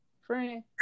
friend